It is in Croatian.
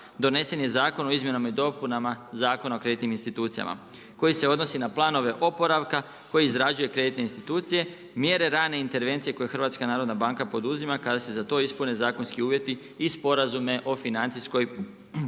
donesen je Zakon o izmjenama i dopunama Zakona o kreditnim institucijama koji se odnosi na planove oporavka koji izrađuje kreditne institucije, mjere rane intervencije koje Hrvatska narodna banka poduzima kada se za to ispune zakonski uvjeti i sporazume o financijskoj